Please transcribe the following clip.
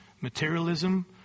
materialism